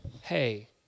hey